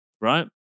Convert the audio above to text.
right